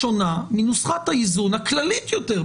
שונה מנוסחת האיזון הכללית יותר.